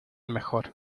mejor